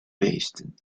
beesten